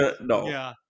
No